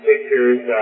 pictures